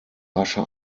rasche